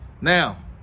Now